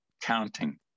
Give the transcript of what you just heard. counting